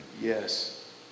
yes